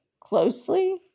closely